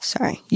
Sorry